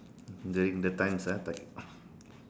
during the times ah like